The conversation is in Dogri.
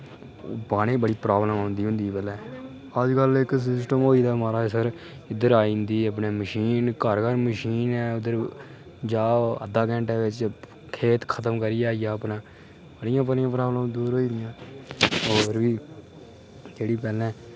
पानी दी बड़ी प्राब्लम औंदी होंदी ही पैह्लें अजकल इक सिस्टम होई गेदा मा'राज सर इद्धर आई जंदी अपने मशीन घर घर मशीन ऐ उद्धर जाओ अद्धा घैंटे बिच खेतर खत्म करियै आई जा अपना बड़ियां बड़ियां प्राब्लमां दूर होई दियां तौल बी जेह्ड़ी पैह्लें